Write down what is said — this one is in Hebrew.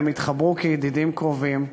והם התחברו כידידים קרובים.